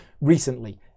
recently